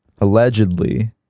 allegedly